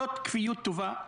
זאת כפיות טובה,